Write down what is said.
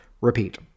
repeat